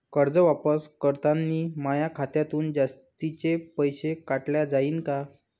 कर्ज वापस करतांनी माया खात्यातून जास्तीचे पैसे काटल्या जाईन का?